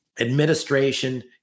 administration